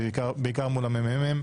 ובעיקר מול המ.מ.מ.